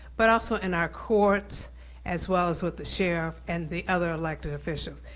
but also in our court as well as with the sheriff and the other elected officials.